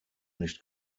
nicht